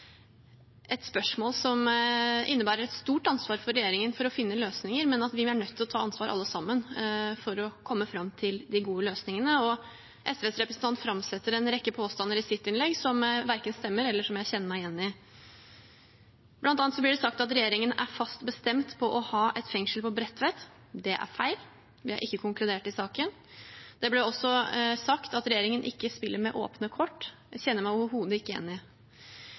et spørsmål som innebærer et stort ansvar for regjeringen å finne løsninger, men at vi alle sammen er nødt til å ta ansvar for å komme fram til de gode løsningene. SVs representant framsetter en rekke påstander i sitt innlegg som ikke stemmer, og som jeg ikke kjenner meg igjen i. Blant annet blir det sagt at regjeringen er fast bestemt på å ha et fengsel på Bredtvet. Det er feil. Vi har ikke konkludert i saken. Det ble også sagt at regjeringen ikke spiller med åpne kort. Det kjenner jeg meg overhodet ikke igjen i.